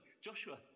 joshua